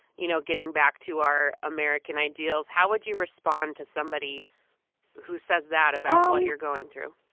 you know, getting back to our american ideals? how would you respond to somebody who says that about what you're going through?